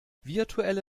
virtuelle